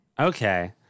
Okay